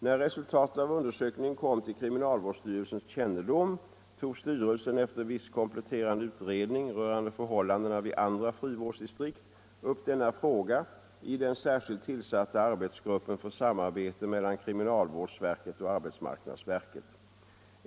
När resultatet av undersökningen kom till kriminalvårdsstyrelsens kännedom, tog styrelsen efter viss kompletterande utredning rörande förhållandena vid andra frivårdsdistrikt upp denna fråga i den särskilt tillsatta arbetsgruppen för samarbete mellan kriminalvårdsverket och arbetsmarknadsverket.